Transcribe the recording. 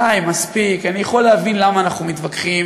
די, מספיק, אני יכול להבין למה אנחנו מתווכחים